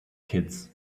kids